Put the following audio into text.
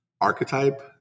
archetype